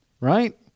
right